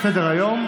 מוסרת מסדר-היום.